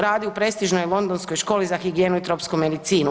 Radi u prestižnoj londonskoj Školi za higijenu i tropsku medicinu.